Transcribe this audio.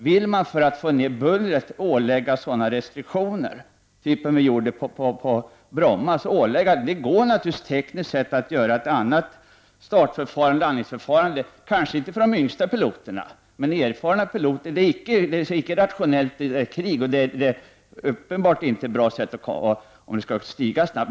Vill man för att få ned bullret ålägga restriktioner av den typ som vi införde på Bromma? Det går naturligtvis tekniskt sett att ha ett annat startoch landningsförfarande — kanske inte för de yngsta piloterna men för de erfarna piloterna. Det är icke rationellt i krig, och det är uppenbarligen inte ett bra sätt om planet skall stiga snabbt.